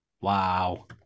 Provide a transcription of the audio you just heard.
Wow